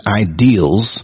ideals